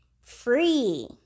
free